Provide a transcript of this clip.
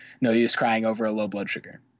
No-use-crying-over-a-low-blood-sugar